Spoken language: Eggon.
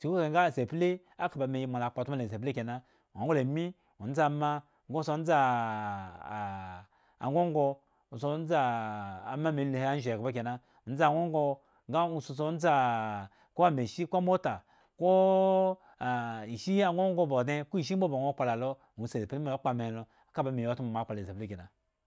chuku ekahe nga e sapli aka ba me yi mala kpo otmo sapli kenan nglo ami ndza ama nga so ngongo so ngzaa ama me he anzho eghba kenan ndza ngongo nga nwo suso ndzaa ko machine ko amota koo ishi ngogo ba odne ko ishi mbo ba nwo kpo la lo nwo si saplu me lo kpo ama he la lo ka ba meyi otmo ba mo kpo la sapli kenan